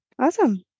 Awesome